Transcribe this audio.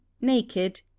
naked